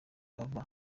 ava